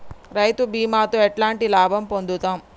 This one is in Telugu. రైతు బీమాతో ఎట్లాంటి లాభం పొందుతం?